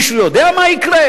מישהו יודע מה יקרה?